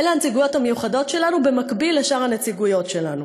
אלה הנציגויות המיוחדות שלנו במקביל לשאר הנציגויות שלנו.